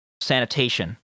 Sanitation